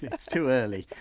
yeah it's too early.